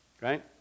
right